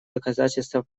доказательство